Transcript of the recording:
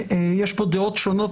יש פה דעות שונות,